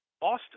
Austin